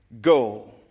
Go